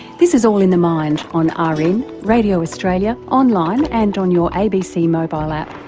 this is all in the mind on ah rn, radio australia, online and on your abc mobile app.